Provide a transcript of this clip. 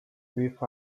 with